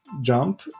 jump